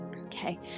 okay